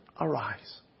arise